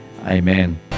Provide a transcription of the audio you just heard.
Amen